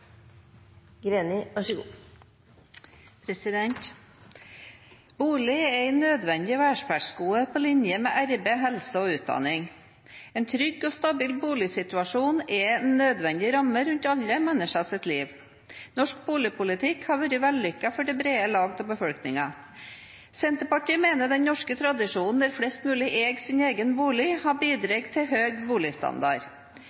Bolig er et nødvendig velferdsgode på linje med arbeid, helse og utdanning. En trygg og stabil boligsituasjon er en nødvendig ramme rundt alle menneskers liv. Norsk boligpolitikk har vært vellykket for det brede lag av befolkningen. Senterpartiet mener den norske tradisjonen der flest mulig eier sin egen bolig, har